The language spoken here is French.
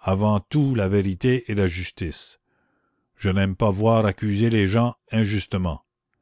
avant tout la vérité et la justice je n'aime pas voir accuser les gens injustement